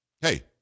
Hey